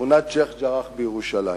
בשכונת שיח'-ג'ראח בירושלים,